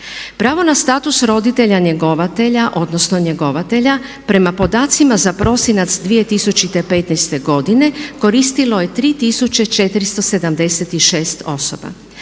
Pravo na status roditelja njegovatelja odnosno njegovatelja, prema podacima za prosinac 2015. godine koristilo je 3476 osoba.